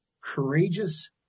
courageous